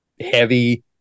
Heavy